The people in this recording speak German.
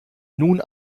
nun